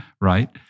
Right